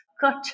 cut